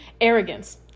arrogance